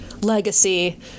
legacy